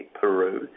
Peru